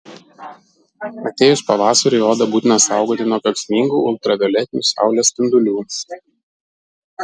atėjus pavasariui odą būtina saugoti nuo kenksmingų ultravioletinių saulės spindulių